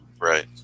Right